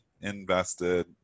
invested